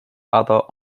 other